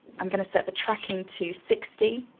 i'm gonna set the tracking to sixty,